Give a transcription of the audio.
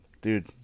dude